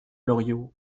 loriot